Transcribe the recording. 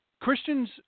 Christians